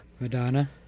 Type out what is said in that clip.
Madonna